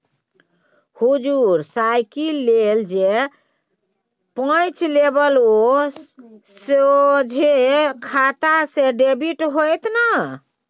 हुजुर साइकिल लेल जे पैंच लेबय ओ सोझे खाता सँ डेबिट हेतेय न